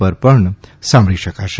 પર પણ સાંભળી શકાશે